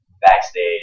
Backstage